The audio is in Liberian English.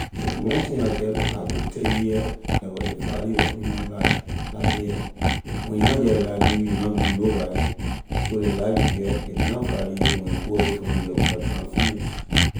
Ley one thing I get to I can tell you here about ley value of human life la a here when you na get life in you, you na need nobody so ley life you get if you na value it when a go away from you your own nor time finish